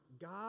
God